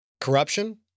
Corruption